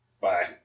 Bye